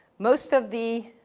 most of the,